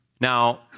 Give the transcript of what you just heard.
Now